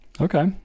okay